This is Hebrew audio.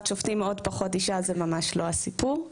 שופטים או עוד פחות אישה זה ממש לא הסיפור.